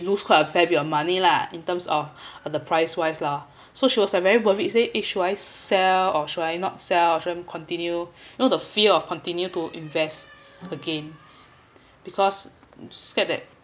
lose quite a fair bit of money lah in terms of of the price wise lah so she was very worried say eh should I sell or should I not sell should I continue know the fear of continue to invest again because scared that